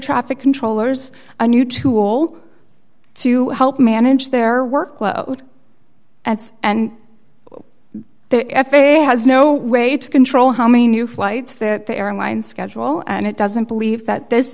traffic controllers a new tool to help manage their workload and the f a a has no way to control how many new flights the airlines schedule and it doesn't believe that this